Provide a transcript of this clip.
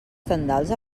tendals